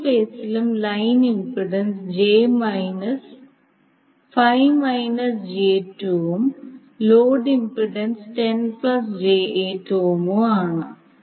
മൂന്ന് ഫേസിലും ലൈൻ ഇംപെഡൻസ്ഉം ലോഡ് ഇംപെഡൻസ് ഓം ആണ്